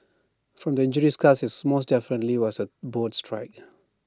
from the injury scars IT is more definitely was A boat strike